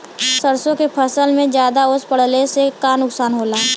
सरसों के फसल मे ज्यादा ओस पड़ले से का नुकसान होला?